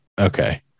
okay